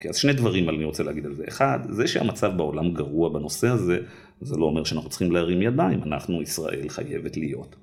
אז שני דברים אני רוצה להגיד על זה. אחד, זה שהמצב בעולם גרוע בנושא הזה זה לא אומר שאנחנו צריכים להרים ידיים, אנחנו ישראל חייבת להיות.